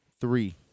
three